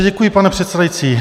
Děkuji, pane předsedající.